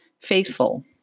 Faithful